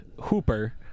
Hooper